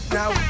now